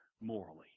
Morally